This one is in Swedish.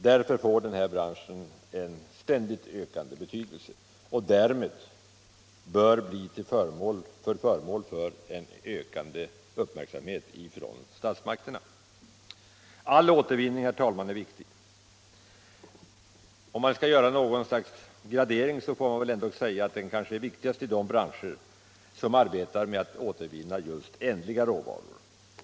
Därför får den här branschen en ständigt ökad betydelse och därför bör den bli föremål för ökad uppmärksamhet från statsmakternas sida. All återvinning, herr talman, är viktig. Om man skall göra något slags gradering får man säga att den är viktigast i de branscher som arbetar med att återvinna just ändliga råvaror.